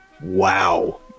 Wow